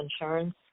insurance